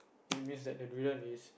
it means that the durian is